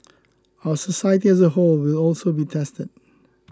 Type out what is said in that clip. our society as a whole will also be tested